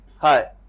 Hi